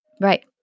Right